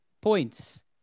points